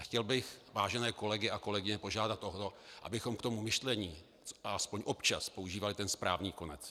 Chtěl bych vážené kolegy a kolegyně požádat o to, abychom k tomu myšlení aspoň občas používali ten správný konec.